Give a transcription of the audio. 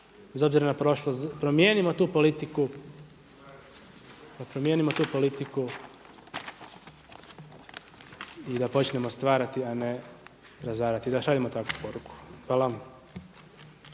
tu politiku, da promijenimo tu politiku i da počnemo stvarati a ne razarati, da šaljemo takvu poruku. Hvala.